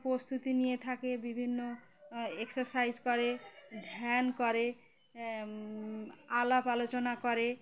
প্রস্তুতি নিয়ে থাকে বিভিন্ন এক্সারসাইজ করে ধ্যান করে আলাপ আলোচনা করে